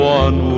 one